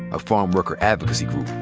a farmworker advocacy group.